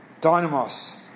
Dynamos